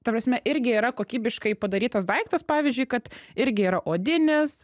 ta prasme irgi yra kokybiškai padarytas daiktas pavyzdžiui kad irgi yra odinis